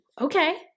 okay